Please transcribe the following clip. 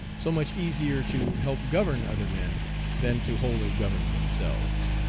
so much easier to help govern other men than to wholly govern themselves.